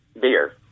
beer